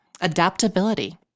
adaptability